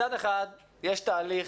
מצד אחד יש תהליך